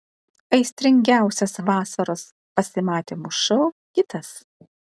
aistringiausias vasaros pasimatymų šou kitas